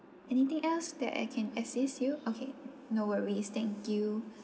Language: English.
anything else that I can assist you okay no worries thank you